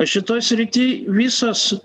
šitoj srity visos